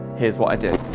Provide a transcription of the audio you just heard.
here's what i did.